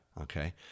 Okay